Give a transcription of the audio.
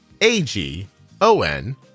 A-G-O-N